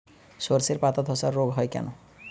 শর্ষের পাতাধসা রোগ হয় কেন?